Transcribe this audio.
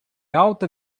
alta